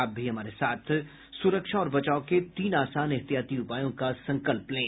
आप भी हमारे साथ सुरक्षा और बचाव के तीन आसान एहतियाती उपायों का संकल्प लें